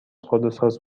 خودروساز